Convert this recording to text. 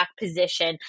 position